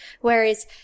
Whereas –